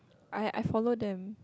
I had I follow them